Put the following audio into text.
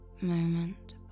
moment